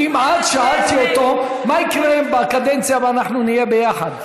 כמעט שאלתי אותו מה יקרה אם בקדנציה הבאה נהיה ביחד.